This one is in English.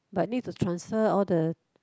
but need to transfer all the